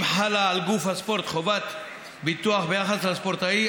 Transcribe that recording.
אם חלה על גוף הספורט חובת ביטוח ביחס לספורטאי,